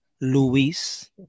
luis